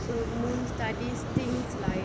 so moon studies things like